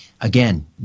again